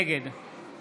נגד